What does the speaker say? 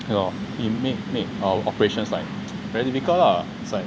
you know it make make our operations like very difficult lah it's like